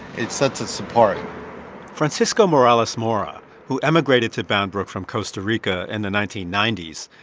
it sets us apart francisco morales mora, who emigrated to bound brook from costa rica in the nineteen ninety s,